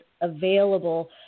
available